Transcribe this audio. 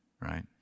right